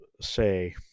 say